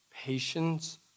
patience